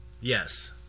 Yes